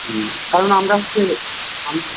হুম কারণ আমরা হচ্ছে